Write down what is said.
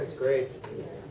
great.